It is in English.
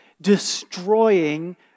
destroying